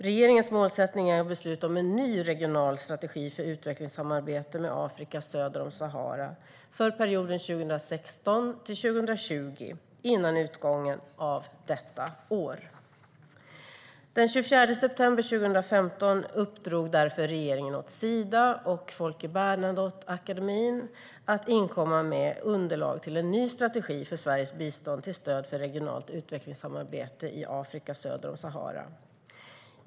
Regeringens målsättning är att besluta om en ny regional strategi för utvecklingssamarbete med Afrika söder om Sahara för perioden 2016-2020 före utgången av detta år. Den 24 september 2015 uppdrog därför regeringen åt Sida och Folke Bernadotteakademin att inkomma med underlag till en ny strategi för Sveriges bistånd till stöd för regionalt utvecklingssamarbete i Afrika söder om Sahara.